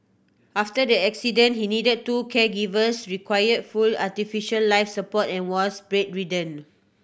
after the accident he needed two caregivers required full artificial life support and was bedridden